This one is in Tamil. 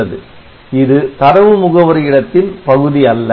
உள்ளது இது தரவு முகவரி இடத்தின் பகுதி அல்ல